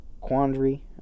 quandary